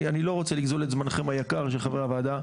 אני לא רוצה לגזול את זמנכם היקר של חברי ועדה,